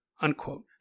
Unquote